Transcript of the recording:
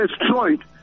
destroyed